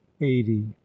Eighty